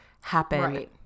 happen